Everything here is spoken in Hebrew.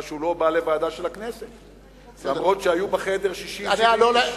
שהוא לא בא לוועדה של הכנסת אפילו שהיו בחדר 70-60 איש.